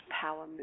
power